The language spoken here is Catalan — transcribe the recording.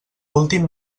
últim